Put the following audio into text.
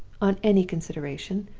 on any consideration,